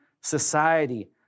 society